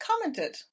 commented